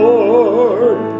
Lord